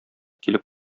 килеп